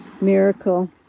miracle